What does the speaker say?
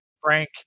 Frank